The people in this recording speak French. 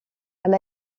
elle